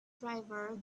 driver